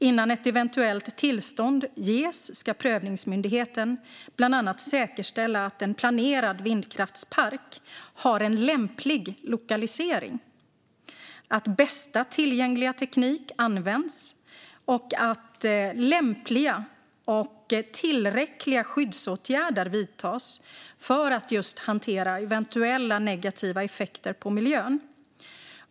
Innan ett eventuellt tillstånd ges ska prövningsmyndigheten bland annat säkerställa att en planerad vindkraftspark har en lämplig lokalisering, att bästa tillgängliga teknik används och att lämpliga och tillräckliga skyddsåtgärder vidtas för att hantera eventuella negativa effekter på miljön.